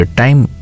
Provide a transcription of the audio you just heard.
time